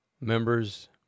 members